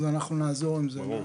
אז אנחנו נעזור עם זה.